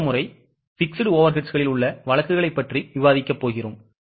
அடுத்த முறை fixed overheads களில் உள்ள வழக்குகளைப் பற்றி விவாதிக்கப் போகிறோம்